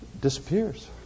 disappears